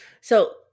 So-